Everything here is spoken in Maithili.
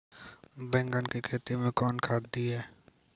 बैंगन की खेती मैं कौन खाद दिए?